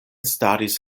staris